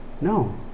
No